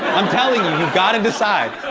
i'm telling you you gotta decide.